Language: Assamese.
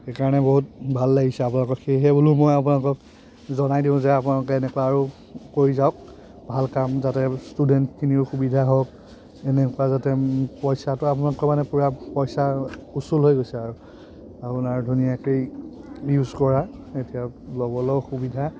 সেইকাৰণে বহুত ভাল লাগিছে আপোনালোকৰ সেয়েহে বোলো মই আপোনালোকক জনাই দিওঁ যে আপোনালোকে এনেকুৱা আৰু কৰি যাওক ভাল কাম যাতে ষ্টুডেন্টখিনিৰো সুবিধা হওক এনেকুৱা যাতে পইচাটো আপোনালোকৰ মানে পইচা উচুল হৈ গৈছে আৰু আপোনাৰ ধুনীয়াকৈ ইউজ কৰা এতিয়া ল'বলৈও সুবিধা